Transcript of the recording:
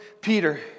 Peter